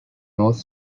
north